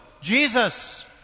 Jesus